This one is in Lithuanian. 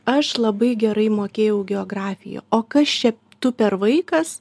aš labai gerai mokėjau geografiją o kas čia tu per vaikas